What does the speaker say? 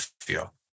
feel